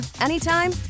anytime